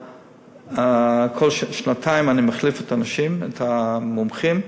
וכל שנתיים אני מחליף את האנשים, את המומחים.